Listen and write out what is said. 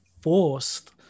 forced